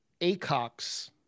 Acox